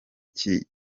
gishimisha